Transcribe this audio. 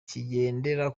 kigendera